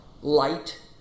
light